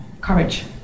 courage